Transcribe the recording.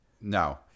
No